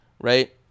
right